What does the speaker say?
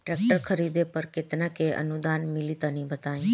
Tractor खरीदे पर कितना के अनुदान मिली तनि बताई?